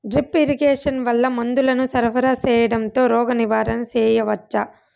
Drip irrigation వల్ల మందులను సరఫరా సేయడం తో రోగ నివారణ చేయవచ్చా?